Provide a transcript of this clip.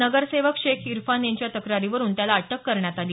नगरसेवक शेख इरफान यांच्या तक्रारीवरुन त्याला अटक करण्यात आली